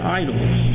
idols